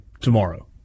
tomorrow